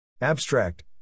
Abstract